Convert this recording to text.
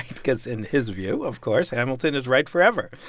because in his view, of course, hamilton is right forever.